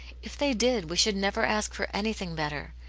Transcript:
if they did, we should never ask for anything better.